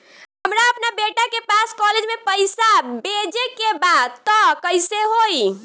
हमरा अपना बेटा के पास कॉलेज में पइसा बेजे के बा त कइसे होई?